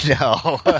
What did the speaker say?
No